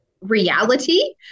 reality